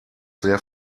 sehr